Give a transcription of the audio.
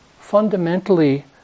fundamentally